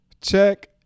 check